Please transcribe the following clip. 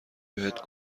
بهت